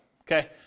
okay